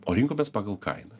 o rinkomės pagal kainą